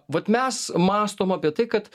vat mes mąstom apie tai kad